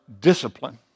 Discipline